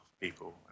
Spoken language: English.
people